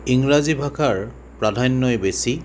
ইংৰাজী ভাষাৰ প্ৰাধান্যই বেছি